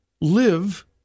live